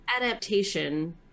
adaptation